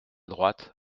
droite